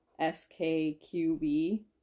SKQB